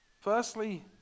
Firstly